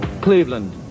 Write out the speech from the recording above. Cleveland